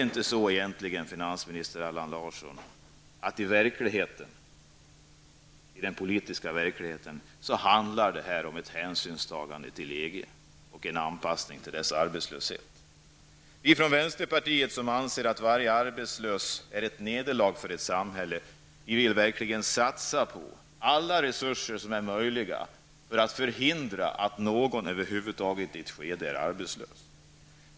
Handlar det inte i den politiska verkligheten egentligen om ett hänsynstagande till EG och dess anpassning till arbetslöshet, finansminister Allan Larsson? Vi i vänsterpartiet, som anser att varje arbetslös är ett nederlag för ett samhälle, vill verkligen satsa alla tänkbara resurser på att förhindra att någon är arbetslös i ett visst skede.